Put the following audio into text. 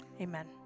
Amen